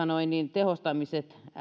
tehostamiset